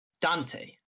Dante